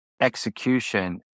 execution